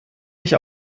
nicht